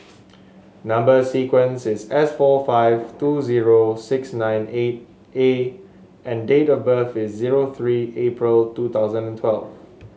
number sequence is S four five two zero six nine eight A and date of birth is zero three April two thousand and twelve